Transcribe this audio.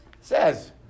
says